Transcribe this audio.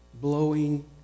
blowing